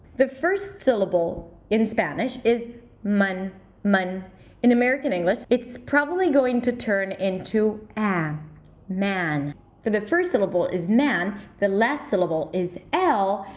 the first syllable in spanish is man man in american english, it's probably going to turn into and aa but the first syllable is man, the last syllable is l,